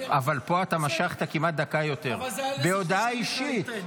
אבל פה אתה משכת כמעט דקה יותר בהודעה אישית.